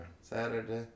Saturday